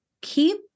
Keep